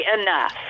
enough